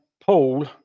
Paul